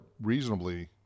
reasonably